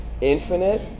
infinite